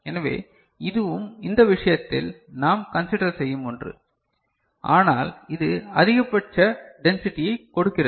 எனவே இதுவும் இந்த விஷயத்தில் நாம் கன்சிடர் செய்யும் ஒன்று ஆனால் இது அதிகபட்ச டென்சிட்டியைக் கொடுக்கிறது